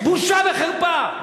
בושה וחרפה.